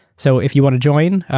so if you want to join,